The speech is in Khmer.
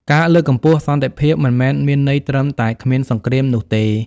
ការលើកកម្ពស់សន្តិភាពមិនមែនមានន័យត្រឹមតែគ្មានសង្គ្រាមនោះទេ។